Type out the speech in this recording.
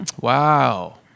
Wow